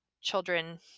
children